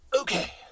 Okay